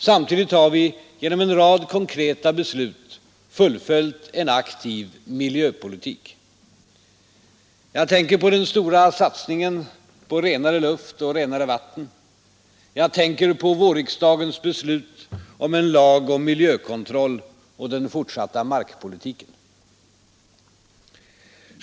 Samtidigt har vi genom en rad konkreta beslut fullföljt en aktiv miljöpolitik. Jag tänker på den stora satsningen på renare luft och renare vatten, jag tänker på vårriksdagens beslut om en lag om miljökontroll och den fortsatta markpolitiken.